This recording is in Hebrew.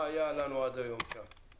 מה היה לנו עד היום שם?